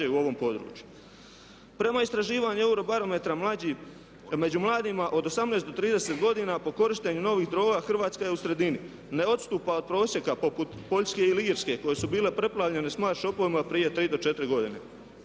u ovom području. Prema istraživanju Eurobarometra među mladima od 18 do 30 godina po korištenju novih droga Hrvatska je u sredini, ne odstupa od prosjeka poput Poljske ili Irske koje su bile preplavljene smart shopovima prije 3 do 4 godine.